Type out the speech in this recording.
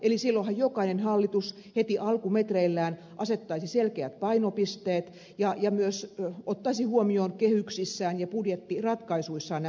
eli silloinhan jokainen hallitus heti alkumetreillään asettaisi selkeät painopisteet ja myös ottaisi huomioon kehyksissään ja budjettiratkaisuissaan nämä toimet